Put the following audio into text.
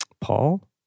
Paul